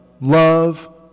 love